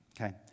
okay